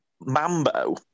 Mambo